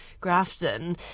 Grafton